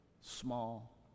small